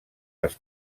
les